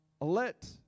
Let